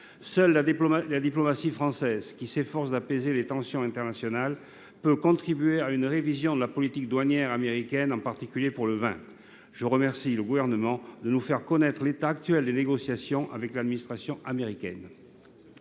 Seule la diplomatie française, qui s’efforce d’apaiser les tensions internationales, peut contribuer à une révision de la politique douanière américaine, en particulier pour le vin. Je remercie donc le Gouvernement de nous faire connaître l’état actuel des négociations avec l’administration américaine.